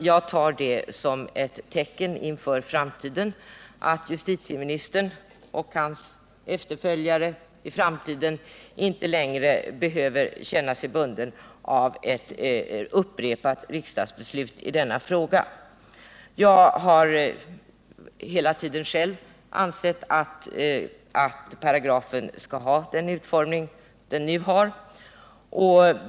Jag tar detta som ett tecken inför framtiden på att den nuvarande justitieministern och hans efterföljare i framtiden inte längre behöver känna sig bundna av ett upprepat riksdagsbeslut i denna fråga. Jag har hela tiden själv ansett att paragrafen skall ha den utformning som den nu har.